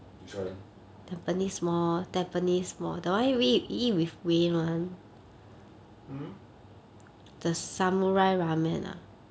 which one hmm